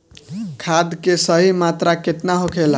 खाद्य के सही मात्रा केतना होखेला?